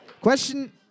Question